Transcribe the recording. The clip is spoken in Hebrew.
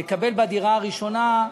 יקבל בדירה הראשונה,